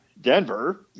denver